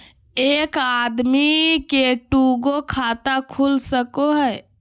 एक आदमी के दू गो खाता खुल सको है?